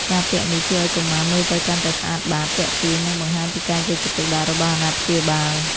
ការពាក់នេះជួយឱ្យកុមារមើលទៅកាន់តែស្អាតបាត ទាក់ទាញ និងបង្ហាញពីការយកចិត្តទុកដាក់របស់អាណាព្យាបាល។